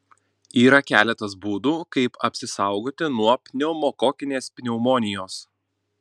yra keletas būdų kaip apsisaugoti nuo pneumokokinės pneumonijos